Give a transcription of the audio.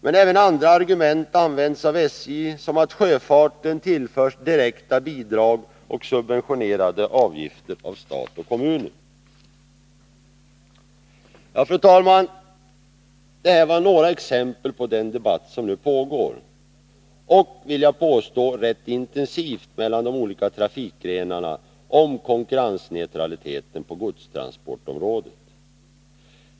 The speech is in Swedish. Men även andra argument används av SJ, som att sjöfarten tillförs direkta bidrag och att dess avgifter subventioneras av stat och kommuner. Fru talman! Detta var några exempel på den — vill jag påstå — rätt intensiva debatt som nu pågår mellan de olika trafikgrenarna om konkurrensneutra liteten på godstransportområdet.